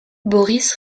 boris